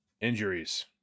injuries